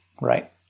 right